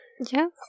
Yes